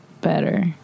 better